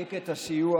דין